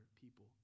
people